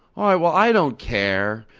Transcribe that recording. all right, well, i don't care,